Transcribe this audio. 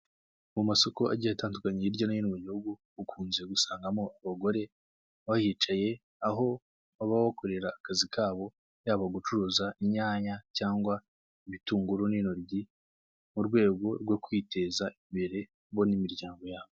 Mu masoko agiye atandukanye hirya no hino mu gihugu ukunze gusangamo abagore bahicaye aho baba bakorera akazi kabo yaba gucuruza inyanya cyangwa ibitunguru n'intoryi mu rwego rwo kwiteza imbere bo n'imiryango yabo.